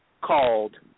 called